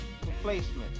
replacement